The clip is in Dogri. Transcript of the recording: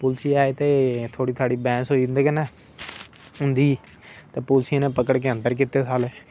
पुलिसे आए ते थोह्डी बैह्स होई उंदे कन्नै उंदी ते पुलिस ने पकड़ के अंदर कीते सारे